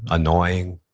annoying,